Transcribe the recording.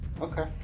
Okay